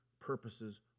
purposes